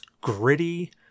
gritty